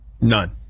None